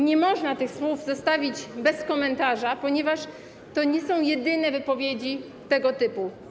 Nie można tych słów zostawić bez komentarza, ponieważ to nie są jedyne wypowiedzi tego typu.